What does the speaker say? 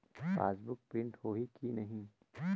Passbook print होही कि नहीं?